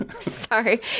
Sorry